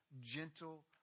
gentle